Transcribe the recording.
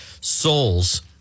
Souls